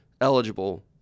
eligible